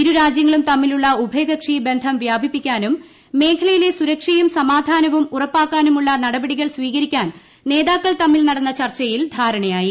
ഇരുരാജ്യങ്ങളും തമ്മിലുള്ള ഉഭയകക്ഷി ബന്ധം വ്യാപിപ്പിക്കാനും മേഖലയിലെ സുരക്ഷയും സമാധാനവും ഉറപ്പാക്കാനുമുള്ള നടപടികൾ സ്വീകരിക്കാൻ നേതാക്കൾ തമ്മിൽ നടന്ന ചർച്ചയിൽ ധാരണയായി